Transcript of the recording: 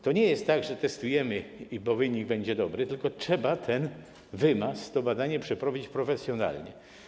To nie jest tak, że testujemy, bo wynik będzie dobry, tylko trzeba ten wymaz, to badanie przeprowadzić profesjonalnie.